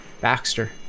Baxter